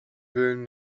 villen